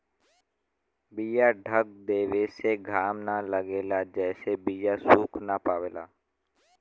बीया ढक देवे से घाम न लगेला जेसे बीया सुख ना पावला